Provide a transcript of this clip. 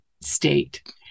state